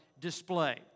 display